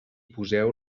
poseu